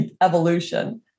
evolution